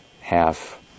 half